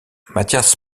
mathias